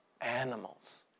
animals